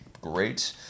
great